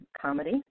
comedy